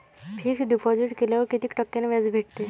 Fix deposit केल्यावर कितीक टक्क्यान व्याज भेटते?